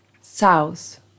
South